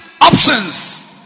options